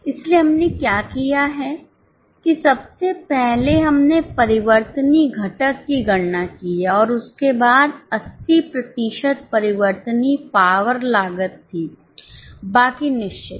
इसलिए हमने क्या किया है कि सबसे पहले हमने परिवर्तनीय घटक की गणना की है और उसके बाद 80 प्रतिशत परिवर्तनीय पावर लागत थी बाकी निश्चित है